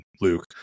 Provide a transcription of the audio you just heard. Luke